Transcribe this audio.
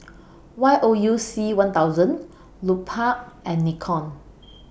Y O U C one thousand Lupark and Nikon